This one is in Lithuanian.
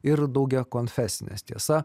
ir daugiakonfesinės tiesa